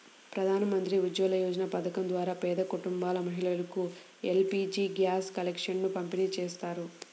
ప్రధాన్ మంత్రి ఉజ్వల యోజన పథకం ద్వారా పేద కుటుంబాల మహిళలకు ఎల్.పీ.జీ గ్యాస్ కనెక్షన్లను పంపిణీ చేస్తారు